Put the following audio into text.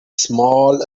small